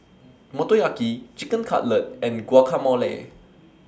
Motoyaki Chicken Cutlet and Guacamole